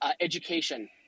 education